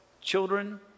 children